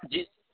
جی